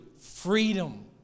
freedom